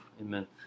Amen